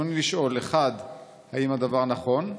רצוני לשאול: 1. האם נכון הדבר?